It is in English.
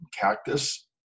cactus